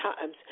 times